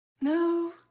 no